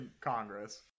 Congress